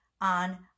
on